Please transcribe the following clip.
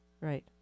Right